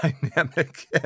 dynamic